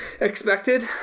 expected